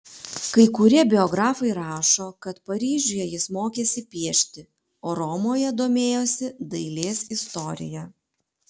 kai kurie biografai rašo kad paryžiuje jis mokėsi piešti o romoje domėjosi dailės istorija